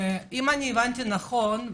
אם הבנתי נכון,